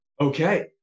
Okay